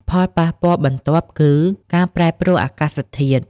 ផលប៉ះពាល់បន្ទាប់គឺ ការប្រែប្រួលអាកាសធាតុ។